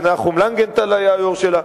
ונחום לנגנטל היה היושב-ראש שלה.